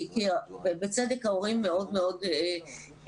כי בצדק ההורים מאוד מאוד מודאגים.